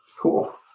Cool